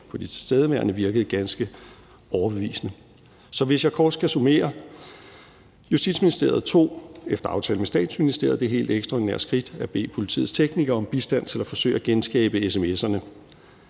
på de tilstedeværende, ganske overbevisende. Så hvis jeg kort skal summere: Justitsministeriet tog efter aftale med statsministeren det helt ekstraordinære skridt at bede politiets teknikere om bistand til at forsøge at genskabe sms'erne.